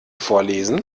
vorlesen